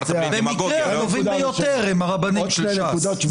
במקרה הטובים ביותר הם הרבנים של ש"ס.